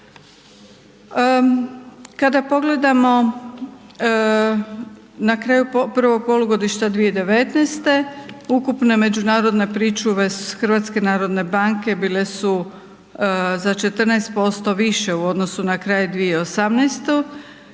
Kada pogledamo na kraju prvog polugodišta 2019. ukupne međunarodne pričuve HNB-a bile su za 14% više u odnosu na kraj 2018.